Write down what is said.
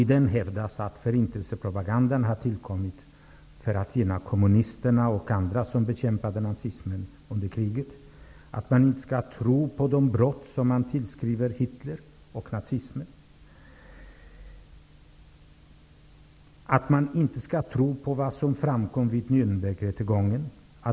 I pamfletten hävdas att förintelsepropragandan har tillkommit för att gagna kommunisterna och andra som bekämpade nazismen under kriget. Det hävdas att man inte skall tro på de brott som tillskrivs Hitler och nazismen. Man skall inte tro på vad som framkom vid Nürnbergrättegången.